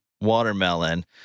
watermelon